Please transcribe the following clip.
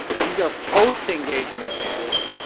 these are post engagement ads,